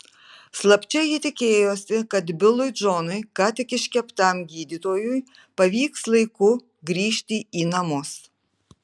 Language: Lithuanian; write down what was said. slapčia ji tikėjosi kad bilui džonui ką tik iškeptam gydytojui pavyks laiku grįžti į namus